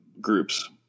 groups